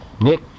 Nick